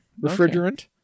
Refrigerant